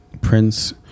prince